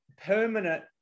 permanent